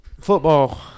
Football